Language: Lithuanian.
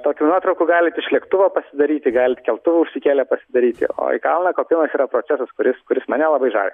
tokių nuotraukų galit iš lėktuvo pasidaryti galit keltuvu užsikėlę pasidaryti o į kalną kopimas yra procesas kuris kuris mane labai žavi